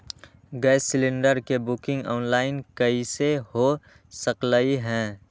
Gas cylinder के booking online कईसे हो सकलई ह?